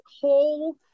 whole